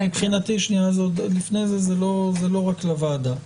זה לא רק לוועדה,